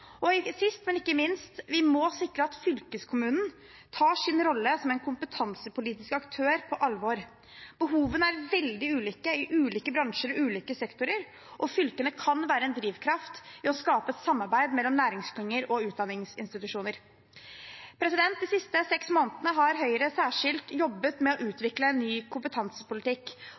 to. Sist, men ikke minst, må vi sikre at fylkeskommunen tar sin rolle som kompetansepolitisk aktør på alvor. Behovene er veldig ulike i ulike bransjer og ulike sektorer, og fylkene kan være en drivkraft i å skape et samarbeid mellom næringsklynger og utdanningsinstitusjoner. De siste seks månedene har Høyre særskilt jobbet med å utvikle en ny kompetansepolitikk,